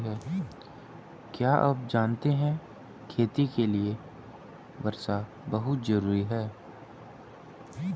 क्या आप जानते है खेती के लिर वर्षा बहुत ज़रूरी है?